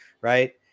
right